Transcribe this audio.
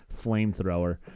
flamethrower